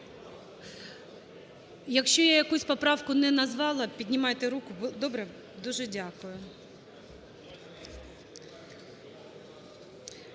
Якщо я якусь поправку не назвала, піднімайте руку, добре? Дуже дякую.